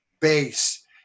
base